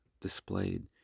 displayed